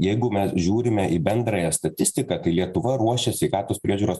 jeigu mes žiūrime į bendrąją statistiką kai lietuva ruošia sveikatos priežiūros